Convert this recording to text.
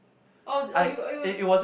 or or you or you